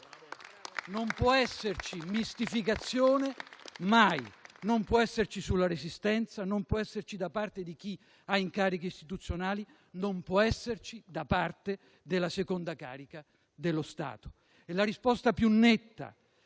Non può esserci mai mistificazione, mai! Non può esserci sulla Resistenza, non può esserci da parte di chi ha incarichi istituzionali, non può esserci da parte della seconda carica dello Stato. E la risposta più netta